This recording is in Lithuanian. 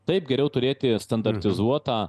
taip geriau turėti standartizuotą